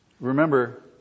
Remember